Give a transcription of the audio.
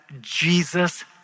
Jesus